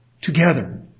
together